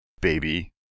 Baby